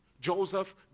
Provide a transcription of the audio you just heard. Joseph